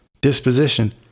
disposition